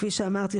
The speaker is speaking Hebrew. כפי שאמרתי,